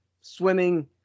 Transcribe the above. swimming